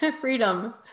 freedom